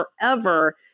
forever